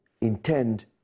intend